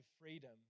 freedom